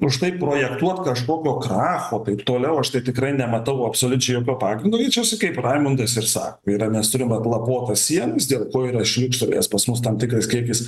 užtai projektuot kažkokio kracho taip toliau aš tai tikrai nematau absoliučiai jokio pagrindo greičiausiai kaip raimundas ir sako tai yra mes turim atlapotas sienas dėl ko yra šliūkštelėjęs pas mus tam tikras kiekis